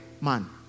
man